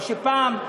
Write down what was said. מה שפעם,